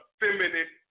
feminine